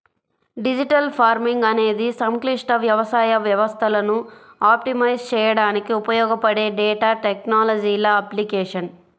digital farming అనేది సంక్లిష్ట వ్యవసాయ వ్యవస్థలను ఆప్టిమైజ్ చేయడానికి ఉపయోగపడే డేటా టెక్నాలజీల అప్లికేషన్